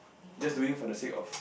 just doing for the sake of